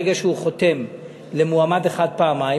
ברגע שהוא חותם למועמד אחד פעמיים,